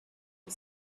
for